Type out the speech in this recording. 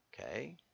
Okay